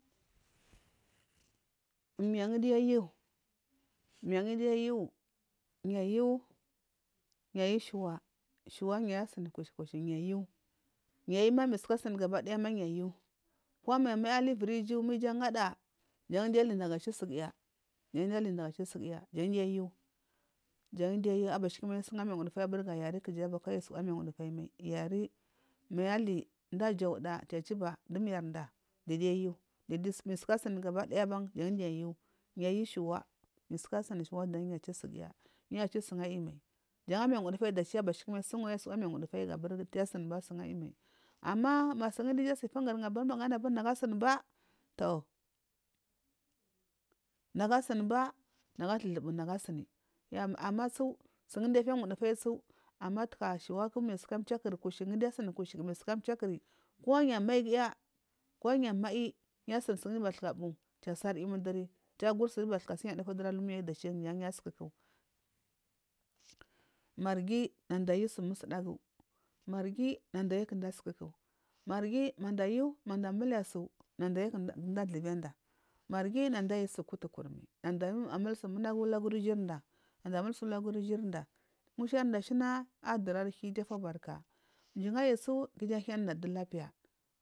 Miyan giyu miyan giyu yu ayu shawa shuwa yu asini kushukushu yu ayu yu ayuma mayu suka sini gaba dayama yu ayu ko manayu amoyi alivivi iju ma iju angada jan giya aliviri iju ma iju angada jan giya alidaya chu sufiya jan giya alidaga chu sugiya jan giya ali ndaga chu sugiya chu sugiya jan guya ayu jan amir ngufudu abasakama sun ayi ori miya ngu dufayu gu yari mali ma yu ali ma mdu ajauda kiya achiba du mirinda jan giya ayu ma yu hara asini gabadaya baa jan giya ayu yu ayu shuwa mai yu hara asini shuwa jan giya achu sagiya ya achu sua ayi mai jan amiri ngudafayu dachi taka junamu ayi sumur miya ngufuyu abiri kiya asini san tsu ayimal ama ma sun du iju asi fugirin abiri nagu ajunu ba to nagu asom ba to ama su sun giya afiya ungudufayasu ama taga shuwaku manayu saka chiyakuri kushu mayu suka chiyaku kushu ko ye amayi giya ko yu amayi yu asuni sun giyu bathka fiya fufu alamiyu dachi maighi nada ayu su masudagu marghi nada ayu kunda asuku marghi nada ayu manda amida su kunmdu aduviyanda marghi nadu ayu su kutu kuta mai nada alu su ulaguri ijurinda nada alus suulaguri ijunuda ngushar ashina adari arhi iju afubarka mjiyi ngu ayi su ku iju ahinida du lapiya